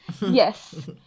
Yes